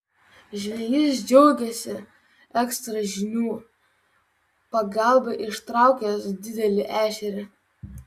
žvejys džiaugėsi ekstra žinių pagalba ištraukęs didelį ešerį